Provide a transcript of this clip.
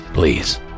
Please